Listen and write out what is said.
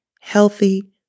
healthy